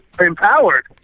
Empowered